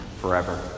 forever